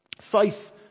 faith